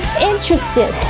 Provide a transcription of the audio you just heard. interested